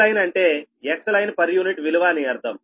Xline అంటే Xline విలువ అని అర్థం